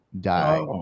die